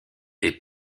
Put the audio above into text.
est